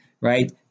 right